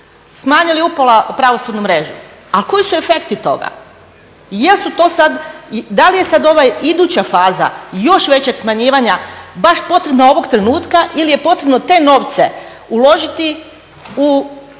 smanjili upola pravosudnu mrežu. A koji su efekti toga, jel su to sada da li je sada ova iduća faza još većeg smanjivanja baš potrebna ovog trenutka ili je potrebno te novce uložiti u